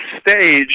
stage